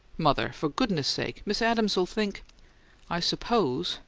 mother, for goodness' sake! miss adams'll think i suppose,